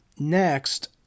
Next